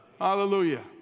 Hallelujah